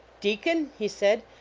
deacon, he said,